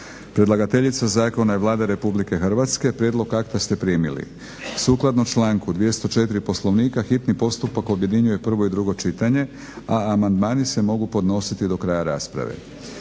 Predlagateljica zakona je Vlada Republike Hrvatske. Prijedlog akta ste primili. Sukladno članku 204. Poslovnika hitni postupak objedinjuje prvo i drugo čitanje, a amandmani se mogu podnositi do kraja rasprave.